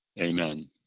Amen